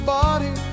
body